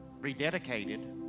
rededicated